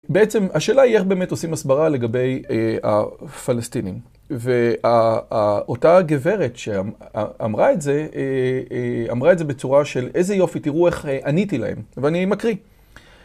בעצם, השאלה היא איך באמת עושים הסברה לגבי הפלסטינים. ואותה הגברת שאמרה את זה, אמרה את זה בצורה של איזה יופי, תראו איך עניתי להם. ואני מקריא.